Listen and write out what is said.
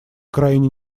крайне